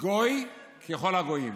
גוי ככל הגויים,